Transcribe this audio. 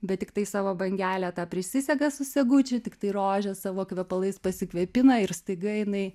bet tiktai savo bangelę tą prisisega su segučiu tiktai rožę savo kvepalais pasikvėpina ir staiga jinai